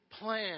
plan